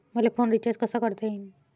मले phone recharge कसा करता येईन?